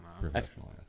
professional